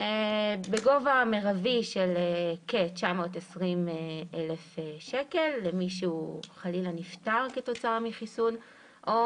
בגובה מרבי של כ-920,000 שקל למי שחלילה נפטר כתוצאה מחיסון או